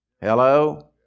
Hello